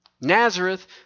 Nazareth